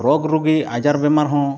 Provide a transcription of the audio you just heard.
ᱨᱚᱜᱽ ᱨᱩᱜᱤ ᱟᱡᱟᱨ ᱵᱮᱢᱟᱨᱦᱚᱸ